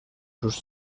sus